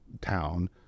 town